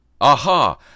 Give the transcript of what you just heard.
Aha